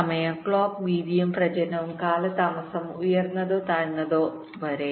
സമയം ക്ലോക്ക് വീതിയും പ്രചാരണവും കാലതാമസം ഉയർന്നതോ താഴ്ന്നതോ താഴ്ന്നതോ വരെ